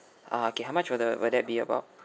ah okay how much will the will that be about